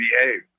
behave